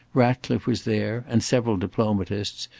ratcliffe was there, and several diplomatists,